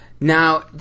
Now